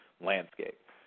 landscape